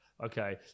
Okay